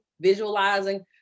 visualizing